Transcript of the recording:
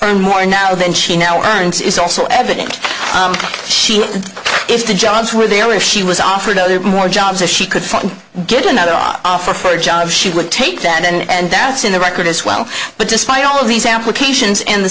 earn more now than she now earns is also evident she is to jobs where they are or she was offered more jobs if she could get another offer for a job she would take that and that's in the record as well but despite all of these applications and the